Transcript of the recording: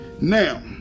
Now